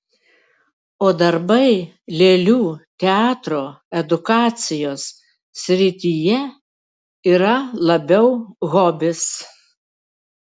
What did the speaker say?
o darbai lėlių teatro edukacijos srityje yra labiau hobis